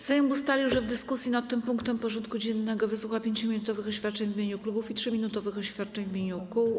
Sejm ustalił, że w dyskusji nad tym punktem porządku dziennego wysłucha 5-minutowych oświadczeń w imieniu klubów i 3-minutowych oświadczeń w imieniu kół.